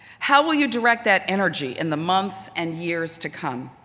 how will you direct that energy in the months and years to come?